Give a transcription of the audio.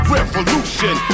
Revolution